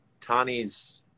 Tani's